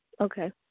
Okay